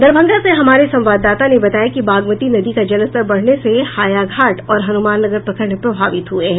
दरभंगा से हमारे संवाददाता ने बताया कि बागमती नदी का जलस्तर बढ़ने से हायाघाट और हनुमाननगर प्रखंड प्रभावित हुए है